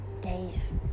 days